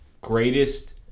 greatest